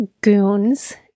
goons